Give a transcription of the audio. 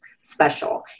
special